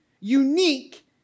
unique